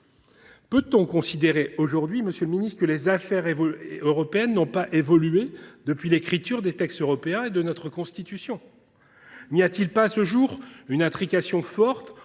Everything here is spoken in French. Peut on considérer aujourd’hui, monsieur le ministre, que les affaires européennes n’ont pas évolué depuis l’écriture des textes européens et de notre Constitution ? N’y a t il pas, à ce jour, une intrication forte